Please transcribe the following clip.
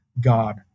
God